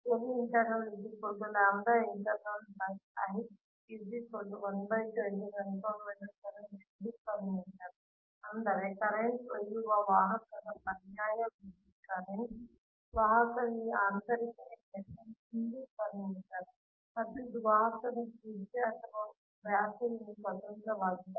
henry per metre ಅಂದರೆ current ಒಯ್ಯುವ ವಾಹಕದ ಪರ್ಯಾಯ ವಿದ್ಯುತ್ ಕರೆಂಟ್ ವಾಹಕದ ಈ ಆಂತರಿಕ ಇಂಡಕ್ಟನ್ಸ್ ಹೆನ್ರಿ ಪರ್ ಮೀಟರ್ ಮತ್ತು ಇದು ವಾಹಕದ ತ್ರಿಜ್ಯ ಅಥವಾ ವ್ಯಾಸದಿಂದ ಸ್ವತಂತ್ರವಾಗಿದೆ